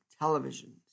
televisions